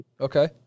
Okay